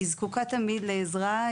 היא זקוקה תמיד לעזרה,